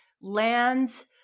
lands